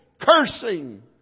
cursing